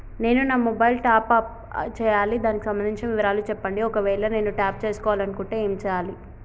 నేను నా mobile top up చేయాలి దానికి సంబంధించిన వివరాలు చెప్పండి ఒకవేళ నేను టాప్ చేసుకోవాలనుకుంటే ఏం చేయాలి?